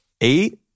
eight